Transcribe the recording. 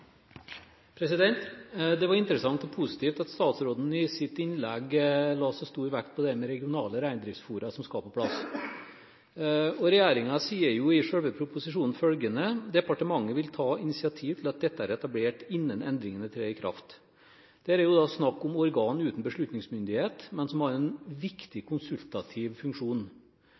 stor vekt på dette med regionale reindriftsfora som skal på plass. Regjeringen sier i selve proposisjonen følgende: «Departementet vil ta initiativ til at dette er etablert innen endringene trer i kraft.» Det er snakk om organer uten beslutningsmyndighet, men som har en viktig konsultativ funksjon.